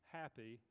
happy